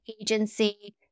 agency